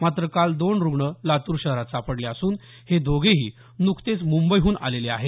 मात्र काल दोन रूग्ण लातूर शहरात सापडले असून हे दोघेही नुकतेच मुंबईहून आलेले आहेत